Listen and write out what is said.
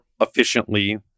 efficiently